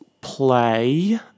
play